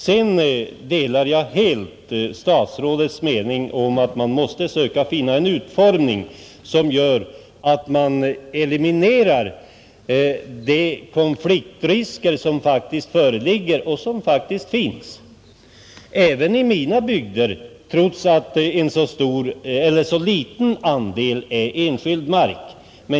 Sedan delar jag helt statsrådets mening om att man måste söka finna en utformning som gör att man eliminerar de konfliktrisker som föreligger och som faktiskt finns även i mina bygder trots att en så liten andel där är enskild mark.